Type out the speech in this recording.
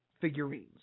figurines